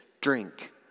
drink